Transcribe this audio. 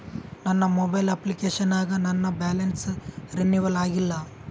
ನನ್ನ mobile application ನಾಗ ನನ್ ಬ್ಯಾಲೆನ್ಸ್ ರೀನೇವಲ್ ಆಗಿಲ್ಲ